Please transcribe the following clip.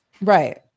right